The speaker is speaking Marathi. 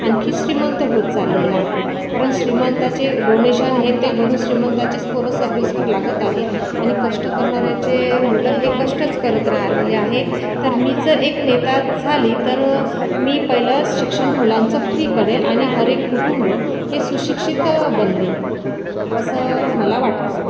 आणखी श्रीमंत होत चाललेला आहे कारण श्रीमंताचे डोनेशन हे ते भरून श्रीमंताचेच पोर सर्विसवर लागत आहे आणि कष्ट करणाऱ्याचे मुलं हे कष्टच करत राहलेले आहे तर मी जर एक नेता झाली तर मी पहिलं शिक्षण मुलांचं फ्री करेन आणि हरएक कुटुंब हे सुशिक्षित बनवेन असं मला वाटतं